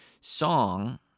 song